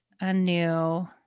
anew